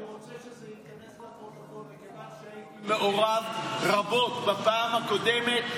אני רוצה שזה ייכנס לפרוטוקול: מכיוון שהייתי מעורב רבות בפעם הקודמת.